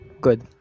good